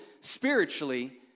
spiritually